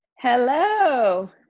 Hello